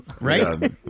right